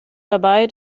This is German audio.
dabei